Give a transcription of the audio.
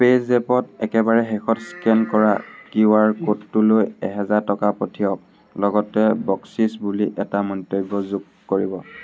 পে'জেপত একেবাৰে শেষত স্কেন কৰা কিউ আৰ ক'ডটোলৈ এহেজাৰ টকা পঠিয়াওক লগতে বকচিচ বুলি এটা মন্তব্য যোগ কৰিব